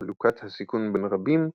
חלוקת הסיכון בין רבים,